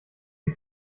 die